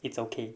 it's okay